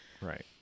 right